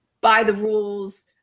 by-the-rules